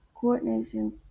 Coordination